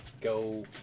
go